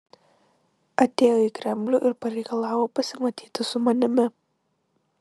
atėjo į kremlių ir pareikalavo pasimatyti su manimi